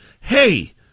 Hey